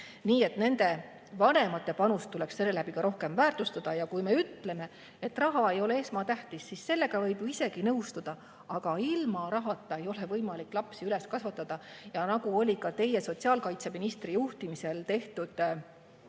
Nii et nende vanemate panust tuleks ka rohkem väärtustada. Ja kui me ütleme, et raha ei ole esmatähtis, siis sellega võib ju isegi nõustuda, aga ilma rahata ei ole võimalik lapsi üles kasvatada. Ka teie [valitsuse] sotsiaalkaitseministri juhtimisel [esitati]